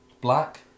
Black